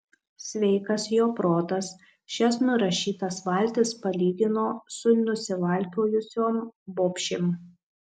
sveikas jo protas šias nurašytas valtis palygino su nusivalkiojusiom bobšėm